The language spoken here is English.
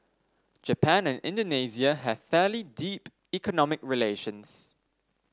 Japan and Indonesia have fairly deep economic relations